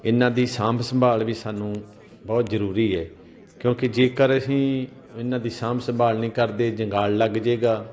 ਇਹਨਾਂ ਦੀ ਸਾਂਭ ਸੰਭਾਲ ਵੀ ਸਾਨੂੰ ਬਹੁਤ ਜ਼ਰੂਰੀ ਹੈ ਕਿਉਂਕਿ ਜੇਕਰ ਅਸੀਂ ਇਹਨਾਂ ਦੀ ਸਾਂਭ ਸੰਭਾਲ ਨਹੀਂ ਕਰਦੇ ਜੰਗਾਲ ਲੱਗ ਜਾਵੇਗਾ